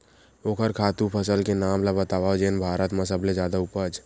ओखर खातु फसल के नाम ला बतावव जेन भारत मा सबले जादा उपज?